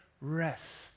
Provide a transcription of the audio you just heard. rest